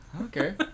Okay